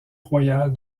royal